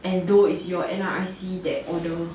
as though as you N_R_I_C that order